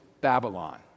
Babylon